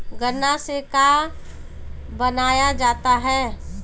गान्ना से का बनाया जाता है?